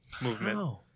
movement